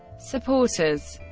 supporters